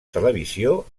televisió